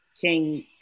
King